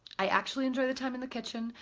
i actually enjoy the time in the kitchen.